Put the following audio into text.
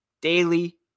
daily